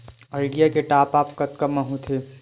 Idea के top आप कतका म होथे?